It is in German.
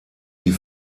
die